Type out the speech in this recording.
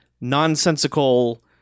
Nonsensical